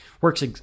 Works